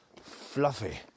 fluffy